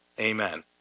Amen